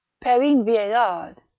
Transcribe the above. perrine viellard,